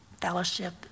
Fellowship